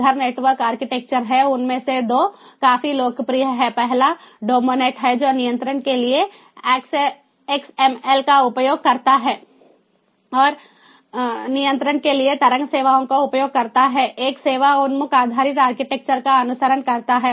घर network architecture है उनमें से दो काफी लोकप्रिय हैं पहला डोमोनेट है जो नियंत्रण के लिए एक्सएमएल का उपयोग करता है और नियंत्रण के लिए तरंग सेवाओं का उपयोग करता है एक सेवा उन्मुख आधारित आर्किटेक्चर का अनुसरण करता है